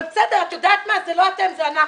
אבל, בסדר, את יודעת מה, זה לא אתם, זה אנחנו.